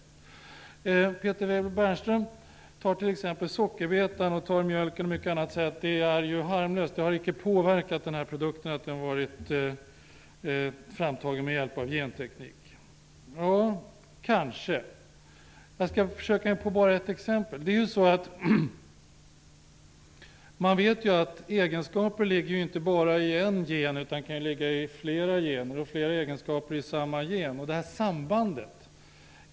Peter Weibull Bernström tar sockerbetan och mjölken osv. som exempel och säger att det inte har påverkat dessa produkter att de har tagits fram med hjälp av gentekniken, att detta är harmlöst. Kanske är det så. Men jag skall ge ett exempel. Man vet att egenskaper inte ligger i bara en gen utan kan ligga i flera gener, och flera egenskaper kan ligga i samma gen.